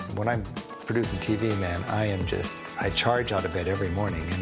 when i'm producing t v, man, i am just i charge out of bed every morning, and